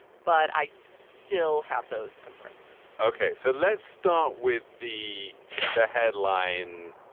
but ice still have those concerns ok. so let's start with the the headline,